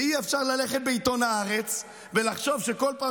ואי-אפשר ללכת לעיתון הארץ ולחשוב שכל פעם